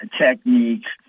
techniques